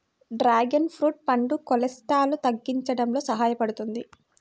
dragon fruit పండు కొలెస్ట్రాల్ను తగ్గించడంలో సహాయపడుతుంది